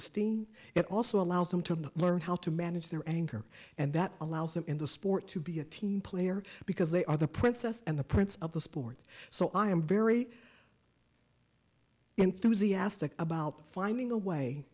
esteem it also allows them to learn how to manage their anger and that allows them in the sport to be a team player because they are the princess and the prince of the sport so i am very enthusiastic about finding a way